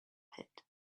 pit